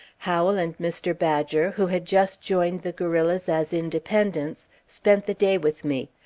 howell and mr. badger, who had just joined the guerrillas as independents, spent the day with me.